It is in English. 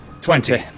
Twenty